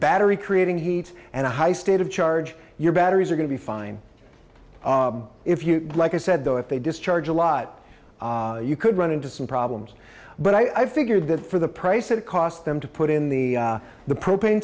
battery creating heat and a high state of charge your batteries are going to be fine if you like i said though if they discharge a lot you could run into some problems but i figured that for the price it costs them to put in the the propane